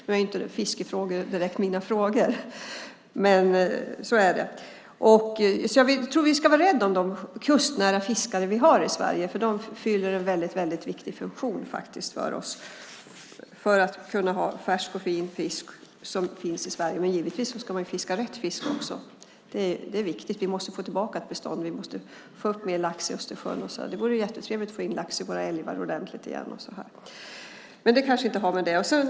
Nu är inte fiskefrågorna direkt mina frågor. Jag tror att vi ska vara rädda om de kustnära fiskare vi har i Sverige, för de fyller en väldigt viktig funktion för att vi ska kunna få färsk och fin fisk i Sverige. Givetvis ska man fiska rätt fisk också. Det är viktigt - vi måste få tillbaka ett bestånd. Vi måste få upp mer lax i Östersjön. Det vore jättetrevligt att få in lax i våra älvar igen. Men det kanske inte har med detta att göra.